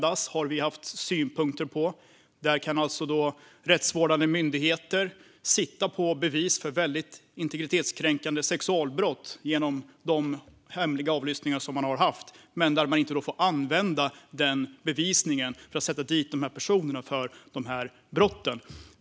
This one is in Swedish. Vi har haft synpunkter på detta. Rättsvårdande myndigheter kan sitta på bevis för väldigt integritetskränkande sexualbrott genom de hemliga avlyssningar som man har gjort. Men de får inte använda den här bevisningen för att sätta dit personer för dessa brott.